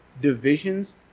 divisions